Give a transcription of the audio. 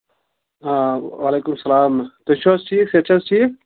آ وعلیکُم اسَلام تُہۍ چھِو حظ ٹھیٖک صحت چھِا حظ ٹھیٖک